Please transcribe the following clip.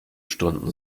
stunden